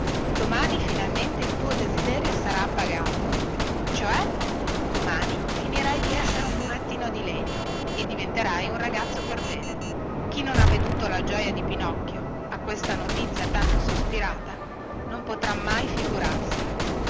domani finalmente il tuo desiderio sarà appagato cioè domani finirai di essere un burattino di legno e diventerai un ragazzo perbene chi non ha veduto la gioia di pinocchio a questa notizia tanto sospirata non potrà mai figurarsela